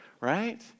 right